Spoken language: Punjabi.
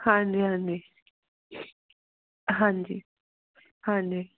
ਹਾਂਜੀ ਹਾਂਜੀ ਹਾਂਜੀ ਹਾਂਜੀ